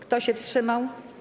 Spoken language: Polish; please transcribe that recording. Kto się wstrzymał?